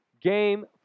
game